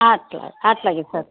అట్లాగే అట్లాగే సార్